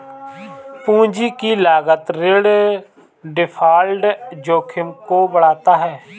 पूंजी की लागत ऋण डिफ़ॉल्ट जोखिम को बढ़ाता है